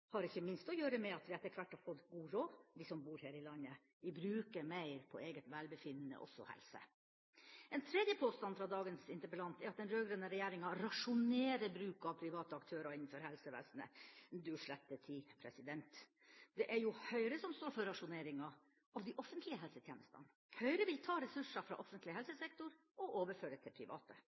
har ikke minst å gjøre med at vi som bor her i landet, etter hvert har fått god råd – vi bruker mer på eget velbefinnende, også helse. En tredje påstand fra dagens interpellant er at den rød-grønne regjeringa «rasjonerer» bruk av private aktører innenfor helsevesenet. Du slette tid! Det er jo Høyre som står for rasjoneringa av de offentlige helsetjenestene. Høyre vil ta ressurser fra offentlig helsesektor og overføre til private.